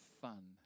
fun